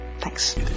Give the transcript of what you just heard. Thanks